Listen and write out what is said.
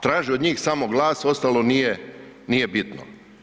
Traže od njih samo glas, ostalo nije bitno.